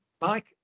Mike